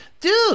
Dude